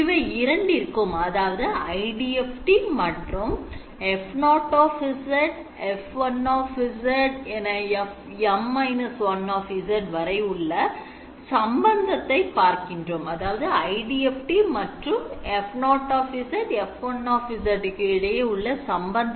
இவை இரண்டிற்கும் அதாவது IDFT மற்றும் F0 F1 F M−1 இடையே உள்ள சம்பந்தத்தை பார்க்க விரும்புகின்றேன்